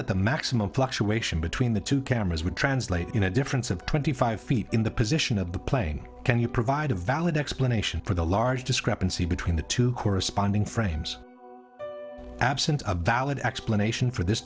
that the maximum fluctuation between the two cameras would translate in a difference of twenty five feet in the position of the plane can you provide a valid explanation for the large discrepancy between the two corresponding frames absent a valid explanation for this